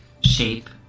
shape